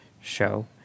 show